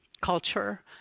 culture